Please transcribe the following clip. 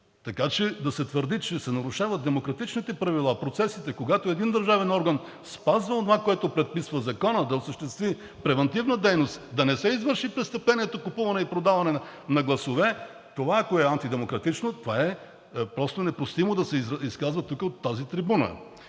Така че да се твърди, че се нарушават демократичните правила, процесите, когато един държавен орган спазва онова, което предписва Законът – да осъществи превантивна дейност, да не се извърши престъплението „купуване и продаване на гласове“, това ако е антидемократично, това е просто непростимо да се изказва тук от тази трибуна.